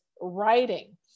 writing